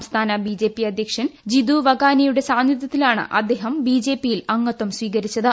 സംസ്ഥാന ബിജെപി അധ്യക്ഷൻ ജിതുവഗാനിയുടെ സാന്നിധ്യത്തിലാണ് അദ്ദേഹം ബിജെപിയിൽ അംഗത്വം സ്വീകരിച്ചത്